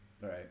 Right